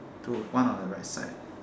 two one on the right side